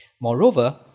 Moreover